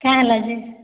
କାଏଁ ହେଲା ଯେ